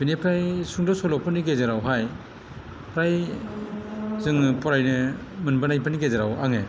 बिनिफ्राय सुंद' सल'फोरनि गेजेरावहाय फ्राय जोङो फरायनो मोनबोनायफोरनि गेजेराव आङो